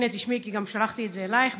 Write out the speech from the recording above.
הינה, תשמעי, כי שלחתי את זה אלייך.